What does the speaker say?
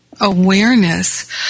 awareness